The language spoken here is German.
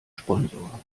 sponsor